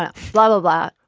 ah blah, blah, blah,